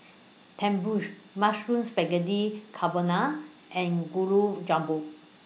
Tenmusu Mushroom Spaghetti Carbonara and Gulab Jamun